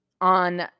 on